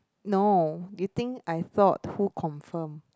no you think I thought who confirm